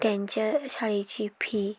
त्यांच्या शाळेची फी